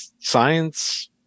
science